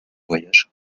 voyage